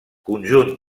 conjunt